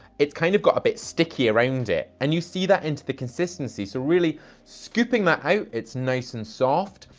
it's kind of got a bit sticky around it and you see that into the consistency. so really scooping that out, it's nice and soft,